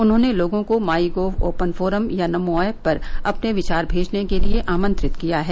उन्होंने लोगों को माई गॉव ओपन फोरम या नमोऐप पर अपने विचार भेजने के लिए आमंत्रित किया है